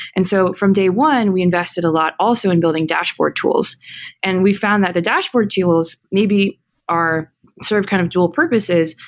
and so from day one, we invested a lot also in building dashboard tools and we found that the dashboard tools maybe are sort of kind of dual purposes.